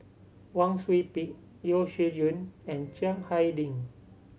Wang Sui Pick Yeo Shih Yun and Chiang Hai Ding